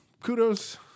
Kudos